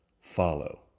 Follow